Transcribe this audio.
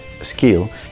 skill